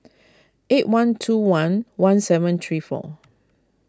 eight one two one one seven three four